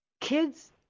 Kids